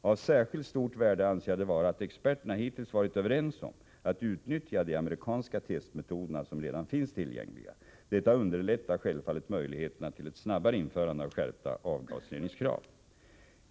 Av särskilt stort värde anser jag det vara att experterna hittills varit överens om att utnyttja de amerikanska testmetoderna, som redan finns tillgängliga. Detta underlättar självfallet möjligheterna till ett snabbare införande av skärpta avgasreningskrav.